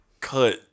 cut